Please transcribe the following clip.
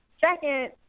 Second